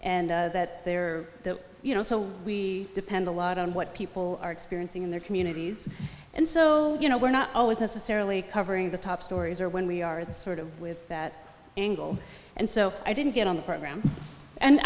and that they are you know so we depend a lot on what people are experiencing in their communities and so you know we're not always necessarily covering the top stories or when we are the sort of with that angle and so i didn't get on the program and